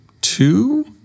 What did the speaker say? two